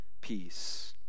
peace